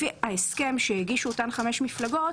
לפי ההסכם שהגישו אותן חמש מפלגות,